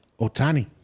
Otani